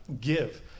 give